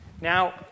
Now